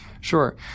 Sure